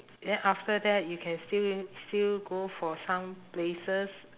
then after that you can still still go for some places